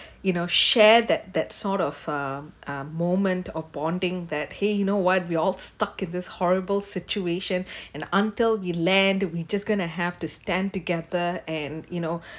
you know share that that sort of uh um moment or bonding that !hey! you know what we all stuck in this horrible situation and until we land we just gonna have to stand together and you know